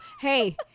Hey